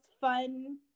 fun